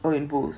oh in both